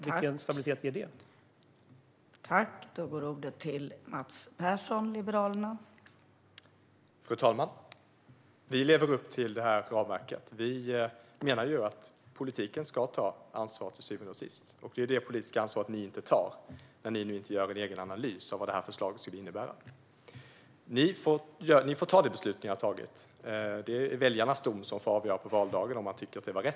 Vilken stabilitet ger det här?